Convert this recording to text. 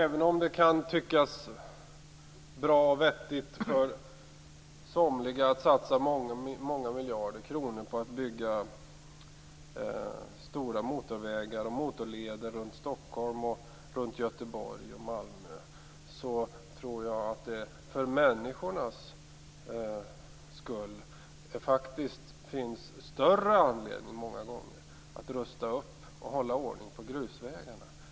Även om det kan tyckas vettigt för somliga att satsa många miljarder på att bygga stora motorvägar och motorleder runt Stockholm, Göteborg och Malmö tror jag att det för människornas skull många gånger finns större anledning att rusta upp grusvägarna.